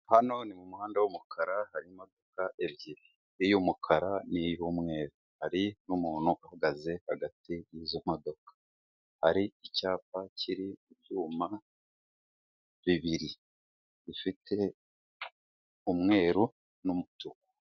Hano ni mumuhanda w'umukara, hari imodoka ebyiri, iy'umukara n'iy'umweru. Hari umuntu uhagaze hagati y'izo modoka. Hari icyapa kiri ku byuma bibiri gifite umweru n'umutuku.